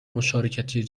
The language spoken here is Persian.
مشارکتی